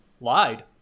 lied